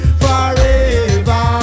forever